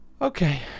Okay